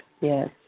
yes